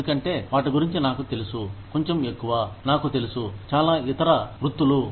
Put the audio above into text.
ఎందుకంటే వాటి గురించి నాకు తెలుసు కొంచెం ఎక్కువ నాకు తెలుసు చాలా ఇతర వృత్తులు